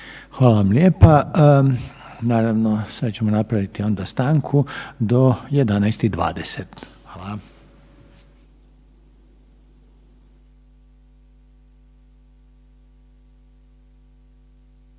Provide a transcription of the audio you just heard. Hvala vam lijepa. Naravno sad ćemo napraviti onda stanku do 11 i 20. Hvala.